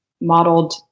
modeled